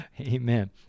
Amen